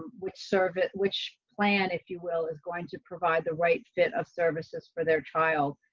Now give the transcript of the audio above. which serve at which plan, if you will, is going to provide the right fit of services for their child.